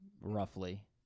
roughly